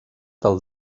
del